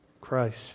Christ